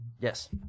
Yes